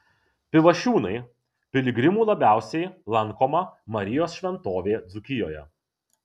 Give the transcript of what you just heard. pivašiūnai piligrimų labiausiai lankoma marijos šventovė dzūkijoje